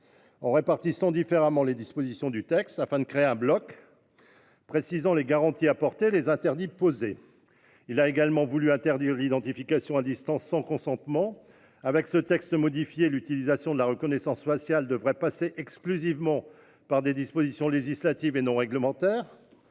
en répartissant différemment les dispositions du texte, afin de créer un bloc précisant les garanties apportées et les interdits posés. Il a également souhaité interdire l'identification à distance sans consentement : avec le texte modifié, l'utilisation de la reconnaissance faciale devrait être exclusivement prévue par des dispositions législatives, et non réglementaires.